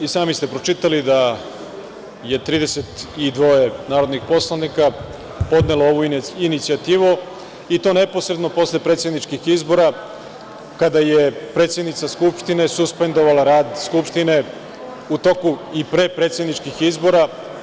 I sami ste pročitali da je 32 narodnih poslanika podnelo ovu inicijativu, i to neposredno posle predsedničkih izbora, kada je predsednica Skupštine suspendovala rad Skupštine u toku i pre predsedničkih izbora.